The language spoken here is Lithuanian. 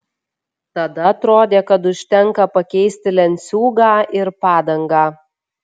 tada atrodė kad užtenka pakeisti lenciūgą ir padangą